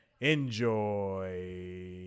enjoy